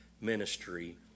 ministry